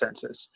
census